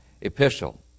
epistle